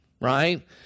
right